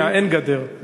מהאין-גדר.